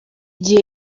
gihe